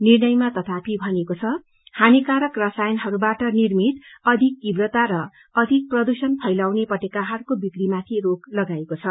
निर्णयमा तथापि भनिएको छ हानिकरक रसायनहरूबाट निर्मित अधिक तीव्रता र अधिक प्रदूषण फैलाउने पटेकाहरूको विक्रीमाथि रोक लागाइएको छ